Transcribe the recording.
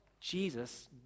Jesus